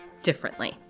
differently